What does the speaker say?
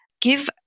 give